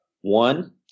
One